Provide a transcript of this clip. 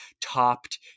topped